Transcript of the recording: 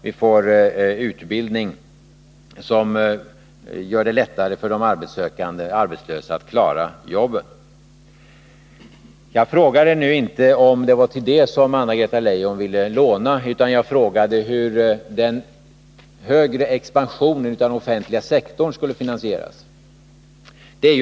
Vi får utbildning som gör det lättare för de arbetsökande att klara jobben. Jag frågade nu inte om det var det Anna-Greta Leijon ville låna till, utan jag frågade hur den större expansionen av den offentliga sektorn skulle finansieras.